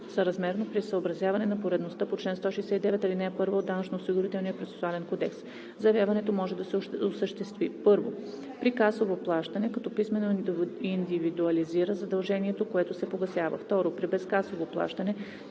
съразмерно, при съобразяване на поредността по чл. 169, ал. 1 от Данъчно-осигурителния процесуален кодекс. Заявяването може да се осъществи: 1. при касово плащане, като писмено индивидуализира задължението, което се погасява; 2. при безкасово плащане